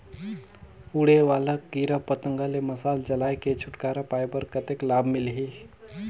उड़े वाला कीरा पतंगा ले मशाल जलाय के छुटकारा पाय बर कतेक लाभ मिलही?